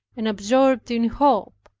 and absorbed in hope.